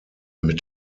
mit